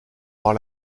par